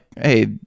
hey